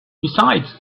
besides